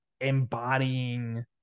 embodying